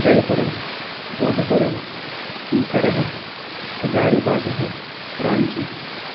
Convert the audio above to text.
जयपुरम् जोधपुरम् सीकरः हजारिबागः राञ्ची